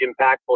impactful